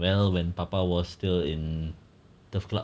well when papa was still in turf club